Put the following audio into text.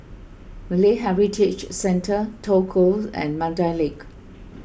Malay Heritage Centre Toh Close and Mandai Lake